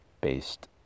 based